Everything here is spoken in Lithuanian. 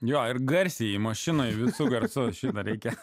jo ir garsiai į mašiną ir visu garsu šitą reikia